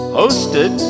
hosted